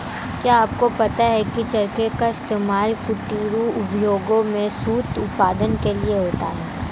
क्या आपको पता है की चरखे का इस्तेमाल कुटीर उद्योगों में सूत उत्पादन के लिए होता है